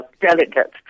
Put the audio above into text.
delegates